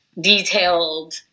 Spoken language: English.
detailed